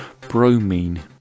Bromine